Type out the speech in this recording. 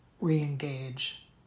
re-engage